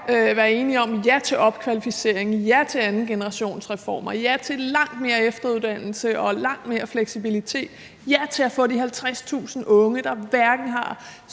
være enige om at sige ja til opkvalificering, ja til andengenerationsreformer, ja til langt mere efteruddannelse og langt mere fleksibilitet og ja til de 50.000 unge, der hverken har